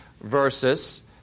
Versus